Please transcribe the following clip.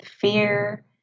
fear